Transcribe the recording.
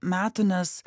metų nes